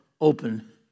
open